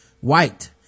white